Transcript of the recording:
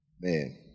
Man